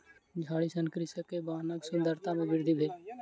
झाड़ी सॅ कृषक के बगानक सुंदरता में वृद्धि भेल